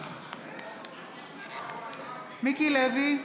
בהצבעה מיקי לוי,